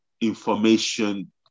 information